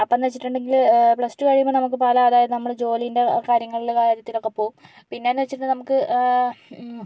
അപ്പോൾ എന്ന് വെച്ചിട്ടുണ്ടെങ്കില് പ്ലസ് ടു കഴിയുമ്പോൾ നമുക്ക് നമ്മള് അതായത് നമ്മള് ജോലീന്റെ കാര്യത്തിലും ഒക്കെ പോവും പിന്നെയെന്ന് വച്ചിട്ട് നമുക്ക്